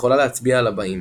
יכולה להצביע על הבאים